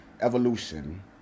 evolution